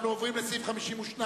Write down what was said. אנחנו עוברים לסעיף 52: